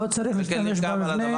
לא צריך להשתמש במבנה.